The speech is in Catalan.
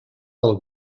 del